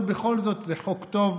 אבל בכל זאת זה חוק טוב,